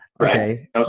Okay